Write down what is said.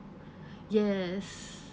yes